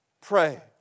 pray